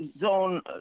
zone